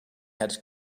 had